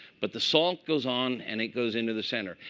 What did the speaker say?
but the salt goes on. and it goes into the center.